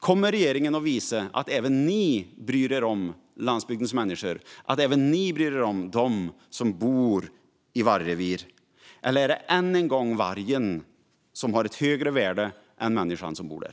Kommer regeringen att visa att även den bryr sig om dem som bor på landsbygden, att även den bryr sig om dem som bor i vargrevir? Eller är det än en gång vargen som har ett högre värde än människan som bor där?